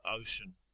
Ocean